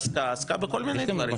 היא עסקה בזה.